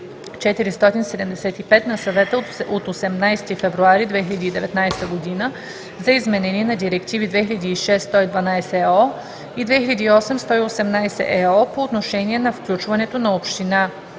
на Съвета от 18 февруари 2019 година за изменение на директиви 2006/112/ЕО и 2008/118/ЕО по отношение на включването на община